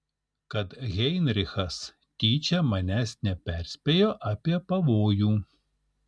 kad heinrichas tyčia manęs neperspėjo apie pavojų